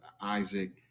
Isaac